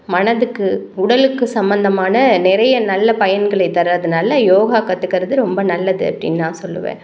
மனதுக்கு உடலுக்கு சம்மந்தமான நிறைய நல்ல பயன்களை தர்றதுனால யோகா கற்றுக்கிறது ரொம்ப நல்லது அப்படினு நான் சொல்வேன்